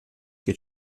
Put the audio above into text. che